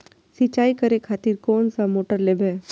सीचाई करें खातिर कोन सा मोटर लेबे?